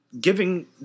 giving